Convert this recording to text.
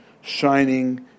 shining